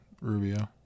Rubio